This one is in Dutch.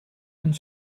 een